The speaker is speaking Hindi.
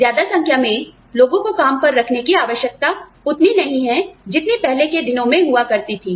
ज्यादा संख्या में लोगों को काम पर रखने की आवश्यकता उतनी नहीं है जितनी पहले के दिनों में हुआ करती थी